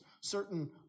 certain